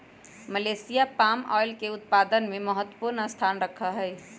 Malaysia palm oil के उत्पादन में महत्वपूर्ण स्थान रखा हई